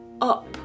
up